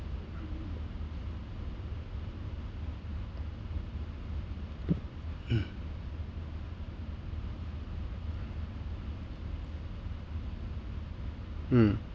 mm